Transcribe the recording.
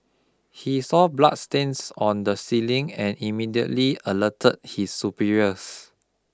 he saw bloodstains on the ceiling and immediately alerted his superiors